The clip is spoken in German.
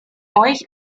euch